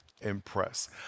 impress